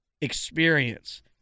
experience